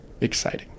exciting